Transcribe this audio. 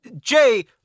Jay